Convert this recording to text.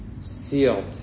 sealed